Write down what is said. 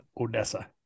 odessa